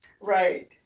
right